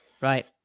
Right